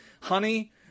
honey